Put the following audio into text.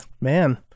Man